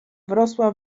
wrosła